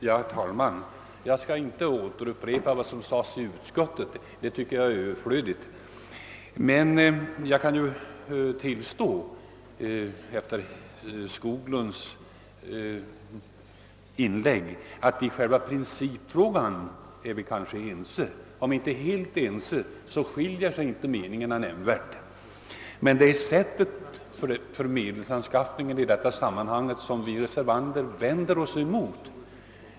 Herr talman! Jag skall inte upprepa vad som sades i utskottet — det tycker jag är överflödigt. Men jag kan efter herr Skoglunds inlägg tillstå att vi i själva principfrågan är rätt ense — åtminstone skiljer sig meningarna inte nämnvärt åt. Det är sättet för medelsanskaffningen i detta sammanhang som vi reservanter vänder oss emot.